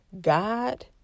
god